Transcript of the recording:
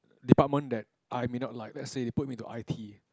department that I may not like let's say they put me into I T